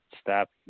stop